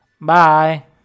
Bye